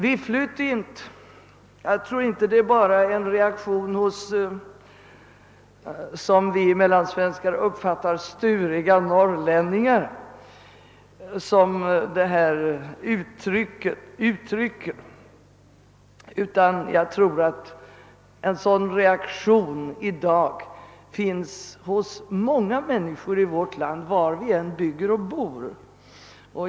» Vi flytt int.» Jag tror inte det är bara en reaktion hos, som vi mellansvenskar kan uppfatta det, sturiga norrlänningar, utan jag tror att en sådan reaktion i dag finns hos många människor i vårt land var de än bygger och bor.